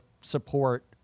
support